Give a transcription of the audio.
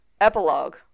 epilogue